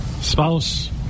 spouse